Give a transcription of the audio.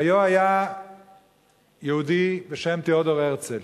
היה היה יהודי בשם תיאודור הרצל.